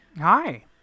Hi